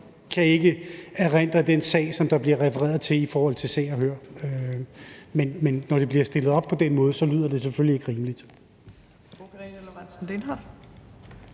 kan ikke erindre den sag, som der bliver refereret til i forhold til Se og Hør, men når det bliver stillet op på den måde, lyder det selvfølgelig ikke rimeligt.